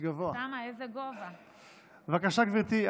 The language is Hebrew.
בבקשה, גברתי.